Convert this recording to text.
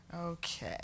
Okay